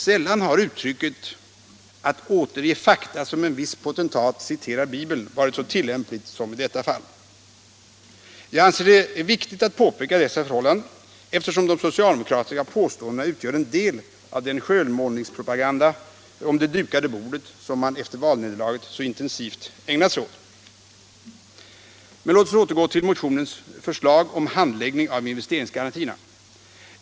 Sällan har uttrycket att återge fakta som en viss potentat citerar bibeln varit så tillämpligt som i detta fall. Jag anser att det är viktigt att påpeka dessa förhållanden, eftersom de socialdemokratiska påståendena utgör en del av den skönmålningspropaganda om det dukade bordet som man efter valnederlaget så intensivt ägnat sig åt. Men låt oss återgå till motionens förslag om handläggning av investeringsgarantierna!